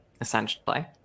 essentially